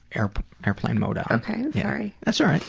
airplane airplane mode on. sorry. that's all right.